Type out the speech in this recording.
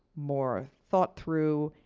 more thought through,